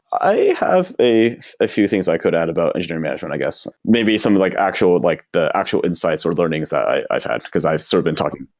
i have a few things i could add about engineering management, i guess. maybe some like actual like the actual insights, or learnings that i've had, because i've sort of been talking